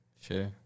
Sure